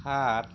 সাত